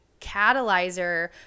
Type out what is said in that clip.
catalyzer